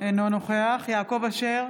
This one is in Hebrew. אינו נוכח יעקב אשר,